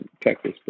Texas